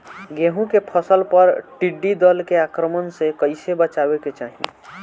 गेहुँ के फसल पर टिड्डी दल के आक्रमण से कईसे बचावे के चाही?